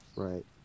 Right